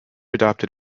adopted